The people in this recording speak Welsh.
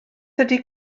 ydy